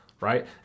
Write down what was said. right